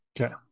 Okay